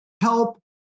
help